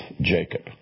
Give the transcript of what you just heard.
Jacob